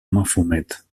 mafumet